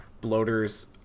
Bloaters